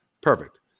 perfect